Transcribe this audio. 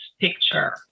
picture